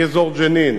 מאזור ג'נין,